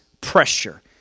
pressure